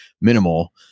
minimal